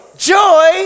Joy